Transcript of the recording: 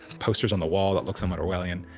posters on the wall that looked somewhat orwellian.